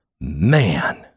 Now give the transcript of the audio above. Man